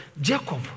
Jacob